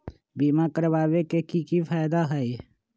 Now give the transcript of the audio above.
बीमा करबाबे के कि कि फायदा हई?